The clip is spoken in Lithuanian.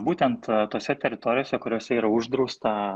būtent tose teritorijose kuriose yra uždrausta